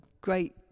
great